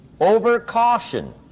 Over-caution